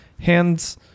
hands